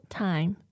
time